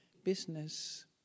Business